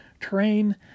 Terrain